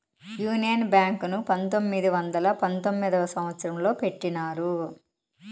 union Bank ను పంతొమ్మిది వందల పంతొమ్మిదవ సంవచ్చరంలో పెట్టినారు